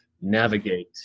navigate